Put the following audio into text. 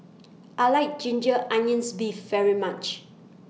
I like Ginger Onions Beef very much